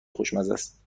خوشمزست